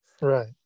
Right